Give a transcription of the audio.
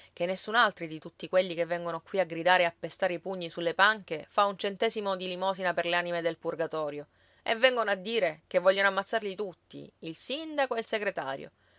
segretario ché nessun'altri di tutti quelli che vengono qui a gridare e a pestare i pugni sulle panche fa un centesimo di limosina per le anime del purgatorio e vengono a dire che vogliono ammazzarli tutti il sindaco e il segretario